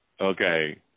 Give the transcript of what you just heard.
Okay